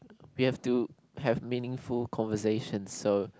we have to have meaningful conversation so